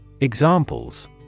Examples